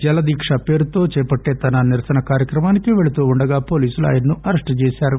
జలదీక్ష పేరుతో చేపట్టే తన నిరసన కార్యక్రమానికి పెళుతూ ఉండగా వోలీసులు ఆయనను అరెస్ట్ చేశారు